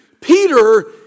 Peter